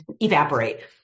evaporate